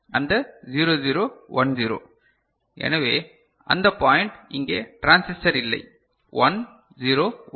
அந்த 0 0 1 0 எனவே இந்த பாய்ன்ட் இங்கே டிரான்சிஸ்டர் இல்லை 1 0 1